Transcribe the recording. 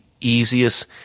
easiest